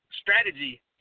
strategy